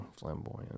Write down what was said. flamboyant